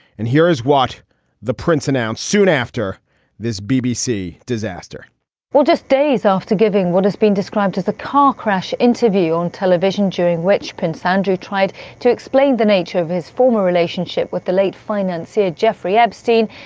and here is what the prince announced soon after this bbc disaster well, just days after giving what has been described as a car crash interview on television during which prince andrew tried to explain the nature of his former relationship with the late financier jeffrey epstein,